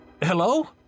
Hello